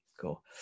cool